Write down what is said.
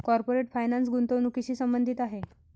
corporate finance गुंतवणुकीशी संबंधित आहे